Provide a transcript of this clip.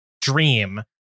dream